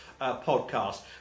podcast